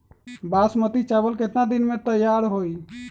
बासमती चावल केतना दिन में तयार होई?